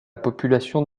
population